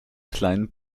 kleinen